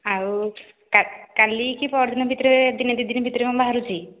ଆଉ କାଲି କି ପହରଦିନ ଭିତରେ ଦିନେ ଦୁଇ ଦିନ ଭିତରେ ମୁଁ ବାହାରୁଛି